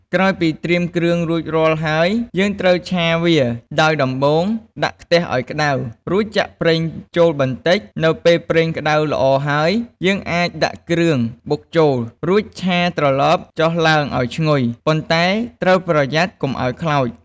ក្រោយពីត្រៀមគ្រឿងរួចរាល់ហើយ យើងត្រូវឆាវា ដោយដំបូង ដាក់ខ្ទះឱ្យក្តៅ រួចចាក់ប្រេងចូលបន្តិច នៅពេលប្រេងក្តៅល្អហើយ យើងអាចដាក់គ្រឿងបុកចូល រួចឆាត្រឡប់ចុះឡើងឱ្យឈ្ងុយ ប៉ុន្តែត្រូវប្រយ័ត្នកុំឱ្យខ្លោច។